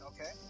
Okay